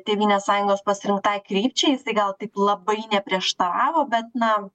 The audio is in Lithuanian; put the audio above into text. tėvynės sąjungos pasirinktai krypčiai jisai gal taip labai neprieštaravo bet na